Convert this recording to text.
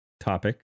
topic